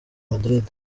madrid